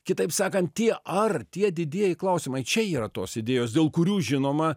kitaip sakant tie ar tie didieji klausimai čia yra tos idėjos dėl kurių žinoma